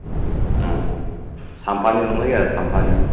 अ साम्फानि दंना गैया साम्फानि